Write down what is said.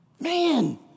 Man